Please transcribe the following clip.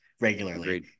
regularly